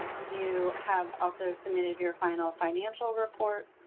you have also submitted your final financial report,